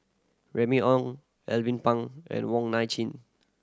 Remy Ong Alvin Pang and Wong Nai Chin